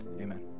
Amen